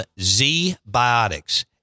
Z-Biotics